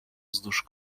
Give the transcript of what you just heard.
wzdłuż